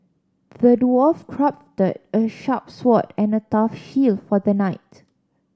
the dwarf crafted a sharp sword and a tough shield for the knight